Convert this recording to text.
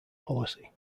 policy